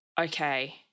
Okay